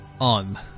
on